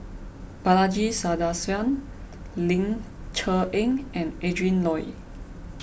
Balaji Sadasivan Ling Cher Eng and Adrin Loi